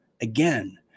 again